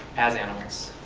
as animals,